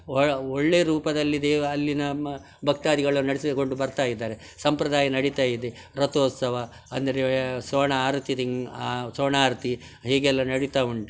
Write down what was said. ಒಳ್ಳೆ ಒಳ್ಳೆ ರೂಪದಲ್ಲಿ ದೆ ಅಲ್ಲಿನ ಮ ಭಕ್ತಾದಿಗಳು ನಡೆಸಿಕೊಂಡು ಬರ್ತಾಯಿದ್ದಾರೆ ಸಂಪ್ರದಾಯ ನಡೀತಾಯಿದೆ ರಥೋತ್ಸವ ಅಂದರೆ ಸೋಣ ಆರತಿ ತಿಂಗ್ ಆ ಸೋಣ ಆರತಿ ಹೀಗೆಲ್ಲ ನಡಿತಾ ಉಂಟು